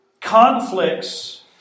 conflicts